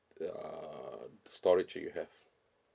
uh storage do you have